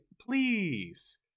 please